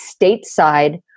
stateside